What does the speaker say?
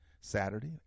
Saturday